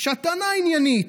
כשהטענה עניינית,